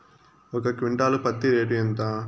ఒక క్వింటాలు పత్తి రేటు ఎంత?